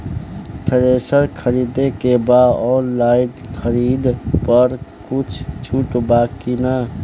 Thresher खरीदे के बा ऑनलाइन खरीद पर कुछ छूट बा कि न?